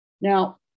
Now